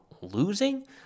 losing